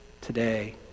today